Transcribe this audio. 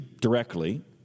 directly